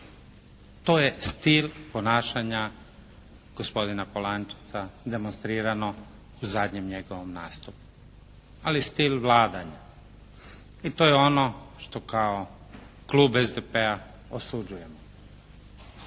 To je stil ponašanja gospodina Polančeca demonstrirano u zadnjem njegovom nastupu. Ali stil vladanja. I to je ono što kao klub SDP-a osuđujemo.